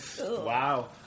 Wow